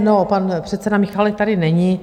No, pan předseda Michálek tady není.